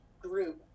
group